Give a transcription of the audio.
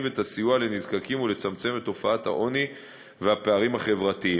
את הסיוע לנזקקים ולצמצם את תופעת העוני והפערים החברתיים.